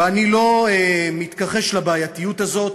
ואני גם לא מתכחש לבעייתיות הזאת,